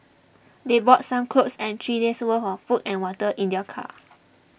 they brought some clothes and three days' worth of food and water in their car